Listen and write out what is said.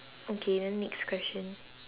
okay then next question